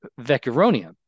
Vecuronium